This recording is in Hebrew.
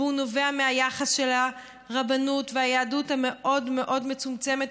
והוא נובע מהיחס של הרבנות והיהדות המאוד-מאוד מצומצמת,